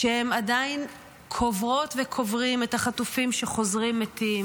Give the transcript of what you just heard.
כשהם עדיין קוברות וקוברים את החטופים שחוזרים מתים